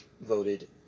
voted